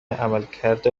عملکرد